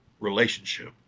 relationship